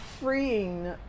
freeing